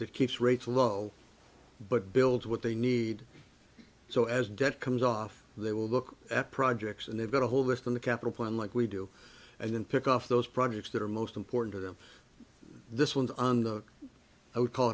that keeps rates low but builds what they need so as debt comes off they will look at projects and they've got a whole list in the capital plan like we do and then pick off those projects that are most important to them this ones on the i would call